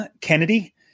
kennedy